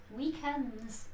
weekends